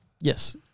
Yes